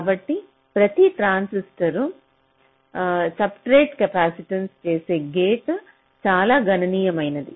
కాబట్టి ప్రతి ట్రాన్సిస్టర్కు సబ్స్ట్రేట్ కెపాసిటెన్స్ను చేసే గేట్ చాలా గణనీయమైనది